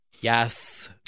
Yes